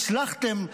הצלחתם,